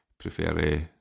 Prefer